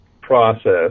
process